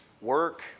work